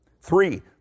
Three